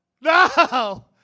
No